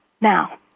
Now